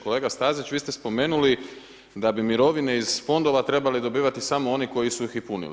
Kolega Stazić, vi ste spomenuli, da bi mirovine iz fondova, trebali dobivati samo oni koji su ih i punili.